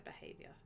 behavior